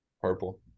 Purple